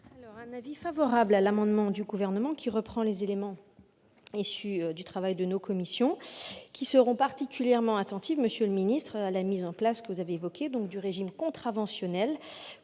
un avis favorable sur l'amendement du Gouvernement qui reprend les éléments issus du travail de nos commissions. Nous serons particulièrement attentifs, monsieur le ministre, à la mise en place du régime contraventionnel